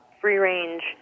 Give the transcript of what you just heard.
free-range